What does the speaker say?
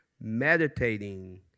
meditating